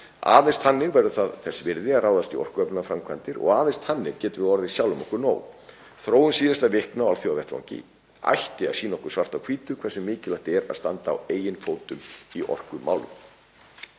Aðeins þannig verður það þess virði að ráðast í orkuöflunarframkvæmdir og aðeins þannig getum við orðið sjálfum okkur nóg. Þróun síðustu vikna á alþjóðavettvangi ætti að sýna okkur svart á hvítu hversu mikilvægt það er að standa á eigin fótum í orkumálum.